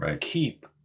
keep